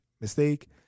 mistake